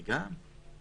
גם.